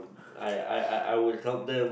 I I I I would help them